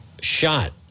shot